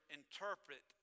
interpret